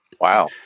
wow